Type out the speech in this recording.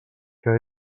que